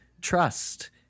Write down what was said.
trust